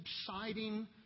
subsiding